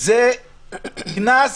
זה קנס